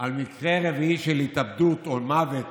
על מקרה רביעי של התאבדות או מוות